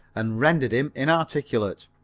and rendered him inarticulate.